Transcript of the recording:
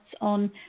on